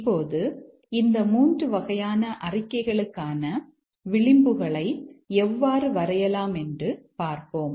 இப்போது இந்த மூன்று வகையான அறிக்கைகளுக்கான விளிம்புகளை எவ்வாறு வரையலாம் என்று பார்ப்போம்